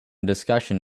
discussion